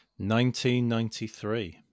1993